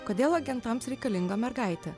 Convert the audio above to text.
kodėl agentams reikalinga mergaitė